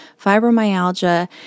fibromyalgia